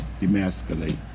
demasculate